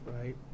Right